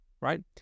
right